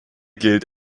gilt